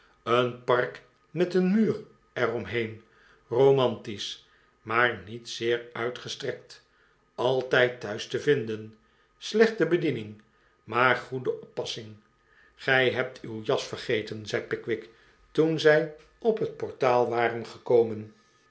een park met een muur er om heen romantisch maar niet zeer uitgestrekt altijd thuis te vinden slechte bediening maar goede oppassing gij hebt uw jas vergeten zei pickwick toen zij op het portaal waren gekomen